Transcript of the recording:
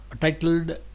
titled